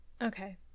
okay